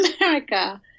America